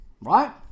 right